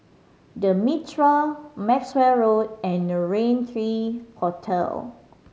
The Mitraa Maxwell Road and the Rain Three Hotel